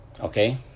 okay